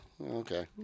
Okay